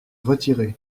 retiré